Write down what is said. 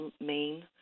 main